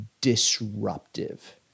disruptive